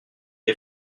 est